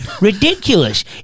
Ridiculous